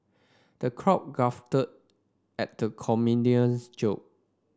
the crowd guffawed at the comedian's jokes